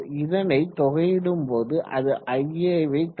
இதனை தொகையிடும்போது அது ia வை தரும்